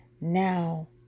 now